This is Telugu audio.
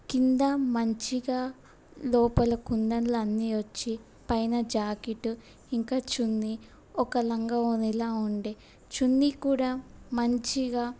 కింద మంచిగా లోపల కుందన్లు అన్నీ వచ్చి పైన జాకెటు ఇంకా చున్నీ ఒక లంగా వోణిలాగా ఉండే చున్నీ కూడా మంచిగా